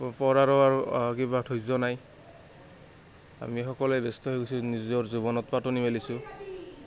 পঢ়াৰো আৰু কিবা ধৈৰ্য নাই আমি সকলোৱে ব্যস্ত হৈ গৈছোঁ নিজৰ জীৱনত পাতনি মেলিছোঁ